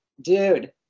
dude